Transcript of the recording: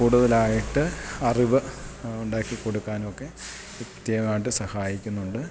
കൂടുതലായിട്ട് അറിവ് ഉണ്ടാക്കി കൊടുക്കാനുമൊക്കെ കൃത്യമായിട്ട് സഹായിക്കുന്നുണ്ട്